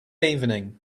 evening